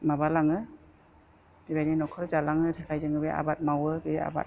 माबालाङो बेबायदिनो न'खर जालांनो थाखाय जोङो बे आबाद मावो बे आबाद